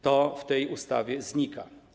To w tej ustawie znika.